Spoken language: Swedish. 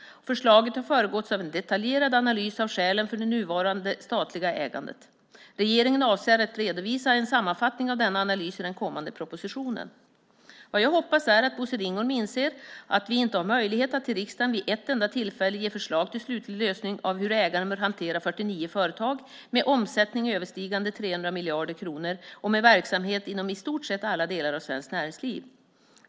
Förslaget har föregåtts av en detaljerad analys av skälen för det nuvarande statliga ägandet. Regeringen avser att redovisa en sammanfattning av denna analys i den kommande propositionen. Vad jag hoppas är att Bosse Ringholm inser att vi inte har möjlighet att till riksdagen vid ett enda tillfälle ge förslag till slutlig lösning av hur ägaren bör hantera 49 företag med omsättning överstigande 300 miljarder kronor och med verksamhet inom i stort sett alla delar av svenskt näringsliv.